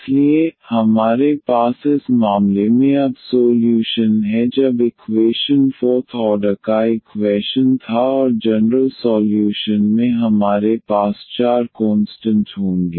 इसलिए हमारे पास इस मामले में अब सोल्यूशन है जब इक्वेशन फोर्थ ऑर्डर का इक्वैशन था और जनरल सॉल्यूशन में हमारे पास चार कोंस्टंट होंगे